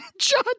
John